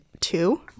two